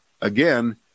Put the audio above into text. again